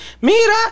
mira